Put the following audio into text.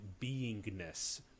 beingness